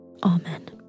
Amen